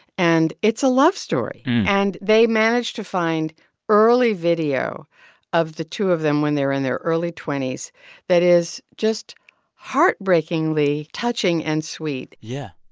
and it's a love story. and they managed to find early video of the two of them when they're in their early twenty s that is just heartbreakingly touching and sweet yeah.